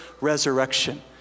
resurrection